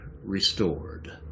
restored